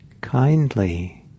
kindly